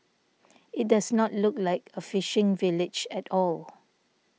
it does not look like a fishing village at all